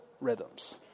rhythms